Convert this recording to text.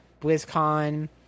BlizzCon